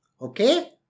Okay